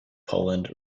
poland